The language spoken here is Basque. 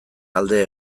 alde